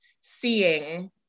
seeing